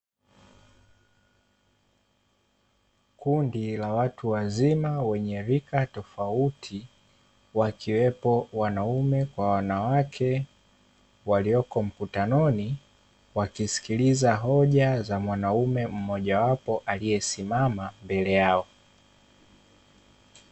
Kundi la watu wazima wenye rika tofauti, wakiwepo wanaume kwa wanawake walioko mkutanoni, wakisikiliza hoja za mwanaume mmojawapo aliyesimama mbele yao.